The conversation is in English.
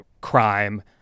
crime